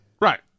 Right